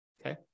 Okay